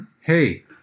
Hey